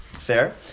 Fair